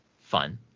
fun